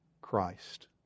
Christ